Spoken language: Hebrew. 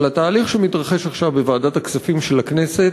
אבל התהליך שמתרחש עכשיו בוועדת הכספים של הכנסת